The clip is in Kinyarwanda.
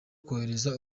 kohereza